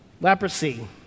Leprosy